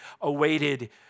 awaited